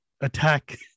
attack